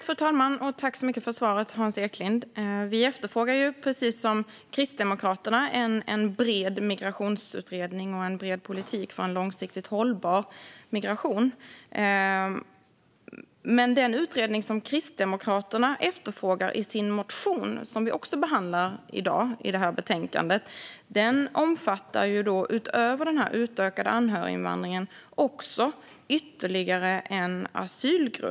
Fru talman! Tack så mycket för svaret, Hans Eklind! Vi efterfrågar precis som Kristdemokraterna en bred migrationsutredning och en bred politik för en långsiktigt hållbar migration. Men den utredning som Kristdemokraterna efterfrågar i sin motion, som vi behandlar i dagens betänkande, omfattar ytterligare en asylgrund utöver den utökade anhöriginvandringen.